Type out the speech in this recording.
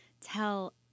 tell